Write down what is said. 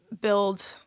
build